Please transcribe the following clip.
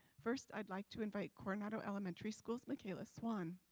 first i'd like to invite coronado elementary school micaela swan